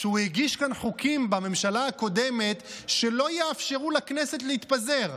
שהוא הגיש כאן חוקים בממשלה הקודמת שלא יאפשרו לכנסת להתפזר.